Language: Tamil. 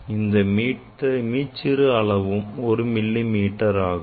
அதன் மீச்சிறு அளவும் ஒரு மில்லி மீட்டராகும்